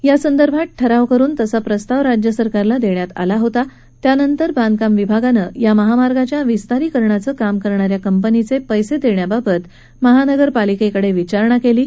यासंदर्भात ठराव करून तसा प्रस्ताव राज्य सरकारला देण्यात आला होता त्यानंतर बांधकाम विभागानं या महामार्गाच्या विस्तारिकरणाचं काम करणा या कंपनीचे पैसे देण्याबाबत महापालिकेकडे विचारणा केली आहे